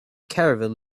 caravan